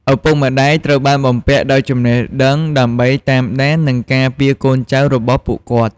ឪពុកម្តាយត្រូវបានបំពាក់ដោយចំណេះដឹងដើម្បីតាមដាន និងការពារកូនចៅរបស់ពួកគាត់។